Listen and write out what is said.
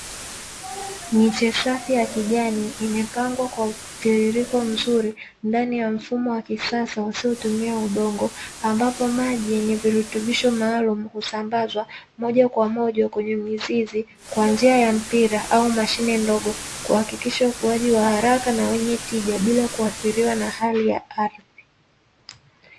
Miche safi ya kijani imepangwa kwa mtirirko mzuri ndani ya mfumo wa kisasa usiotumia udongo, ambapo maji yenye virutubisho maalumu husambazwa moja kwa moja kwenye mizizi wa njia ya mpira au mashine ndogo kuhakikisha ukuaji wa haraka na wenye tija bila kuathiriwa na hali ya ardhi.